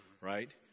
right